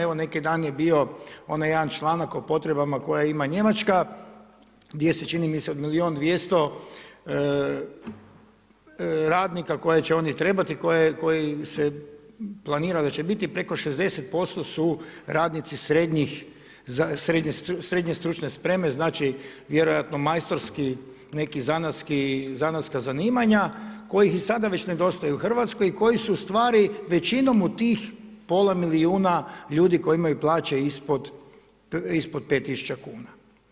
Evo neki dan je bio onaj jedan članak o potrebama koje ima Njemačka gdje se čini mi se od milijun i 200 radnika koje će oni trebati, koji se planira da će biti preko 60% su radnici srednje stručne spreme, znači vjerojatno majstorski neki zanatski, zanatska zanimanja kojih i sada već nedostaju u Hrvatskoj i koji su ustvari većinom u tih pola milijuna ljudi koji imaju plaće ispod 5 tisuća kuna.